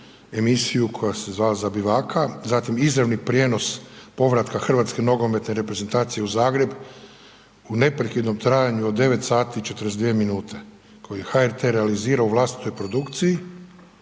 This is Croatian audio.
uspješnu koja se zvala „Zabivaka“, zatim izravni prijenos povratka Hrvatske nogometne reprezentacije u Zagreb u neprekidnom trajanju od 9 sati i 42 minute koju je HRT realizirao u vlastitoj produkciji